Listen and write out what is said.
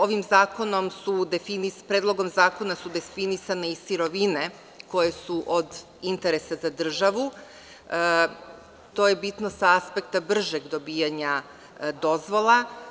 Ovim Predlogom zakonom su definisane i sirovine koje su od interesa za državu, a to je bitno sa aspekta bržeg dobijanja dozvola.